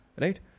right